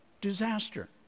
Disaster